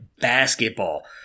basketball